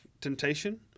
temptation